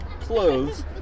clothes